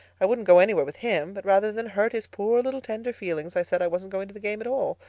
i wouldn't go anywhere with him but rather than hurt his poor little tender feelings i said i wasn't going to the game at all.